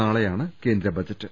നാളെ യാണ് കേന്ദ്ര ബജറ്റ്